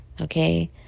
okay